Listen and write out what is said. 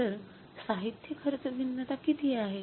तर साहित्य खर्च भिन्नता किती आहे